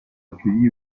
accueilli